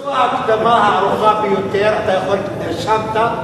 זו ההקדמה הארוכה ביותר, נרשמת.